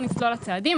נצלול לצעדים.